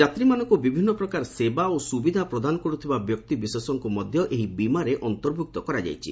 ଯାତ୍ରୀମାନଙ୍କ ବିଭିନ୍ନ ପ୍ରକାର ସେବା ଓ ସ୍ରବିଧା ପ୍ରଦାନ କର୍ତ୍ତବା ବ୍ୟକ୍ତିବିଶେଷଙ୍କୁ ମଧ୍ୟ ଏହି ବୀମାରେ ଅନ୍ତର୍ଭୁକ୍ତ କରାଯାଇଛି